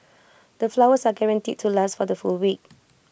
the flowers are guaranteed to last for the full week